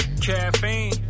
Caffeine